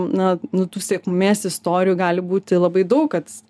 na nu tų sėkmės istorijų gali būti labai daug kad